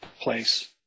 place